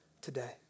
today